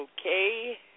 Okay